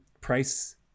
price